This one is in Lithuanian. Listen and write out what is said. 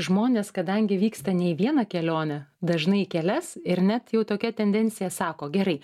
žmonės kadangi vyksta ne į vieną kelionę dažnai į kelias ir net jau tokia tendencija sako gerai